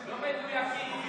לא מדויקים,